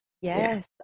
Yes